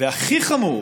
והכי חמור,